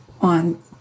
on